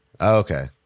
Okay